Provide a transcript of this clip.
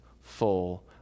full